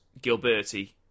Gilberti